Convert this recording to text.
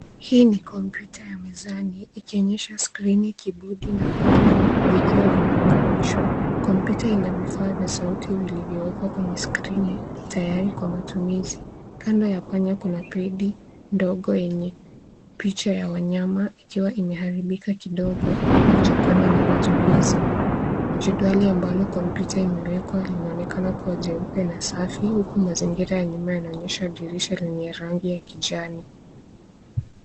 Hii ni kompyuta ya mezani ikionyesha skrini, kibodi na panya vikiwa vimeunganishwa. Kompyuta ina vifaa vya sauti vilivyowekwa kwenye skrini tayari kwa matumizi. Kando ya panya kuna pedi ndogo yenye picha ya wanyama ikiwa imeharibika kidogo kutokana na matumizi. Jedwari ambalo kompyuta imewekwa linaonekana kuwa jeupe na safi. Huku mazingira ya nyuma yanaonyesha dirisha lenye rangi ya kijani.